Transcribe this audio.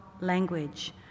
language